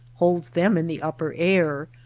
holds them in the upper air,